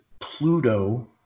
Pluto